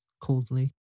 coldly